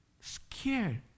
scared